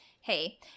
hey